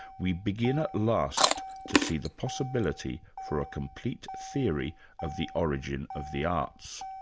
we begin at last to see the possibility for a complete theory of the origin of the arts.